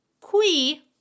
qui